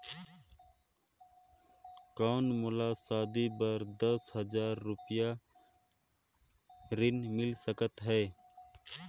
कौन मोला शादी बर दस हजार रुपिया ऋण मिल सकत है?